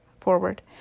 forward